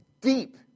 deep